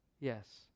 Yes